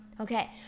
Okay